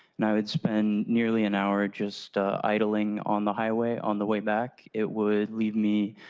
you know it's been nearly an hour just idling on the highway on the way back. it would leave me